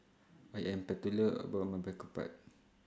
I Am particular about My